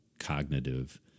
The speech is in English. cognitive